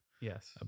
Yes